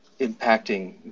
impacting